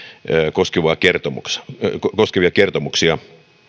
koskevia kertomuksia koskevia kertomuksia